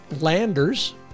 landers